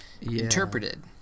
interpreted